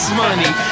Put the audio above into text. money